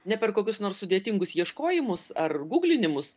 ne per kokius nors sudėtingus ieškojimus ar guglinimus